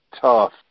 tough